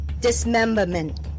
dismemberment